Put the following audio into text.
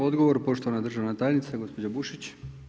Odgovor, poštovana državna tajnica gospođa Bušić.